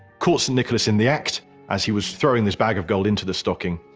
caught nicholas in the act as he was throwing this bag of gold into the stocking,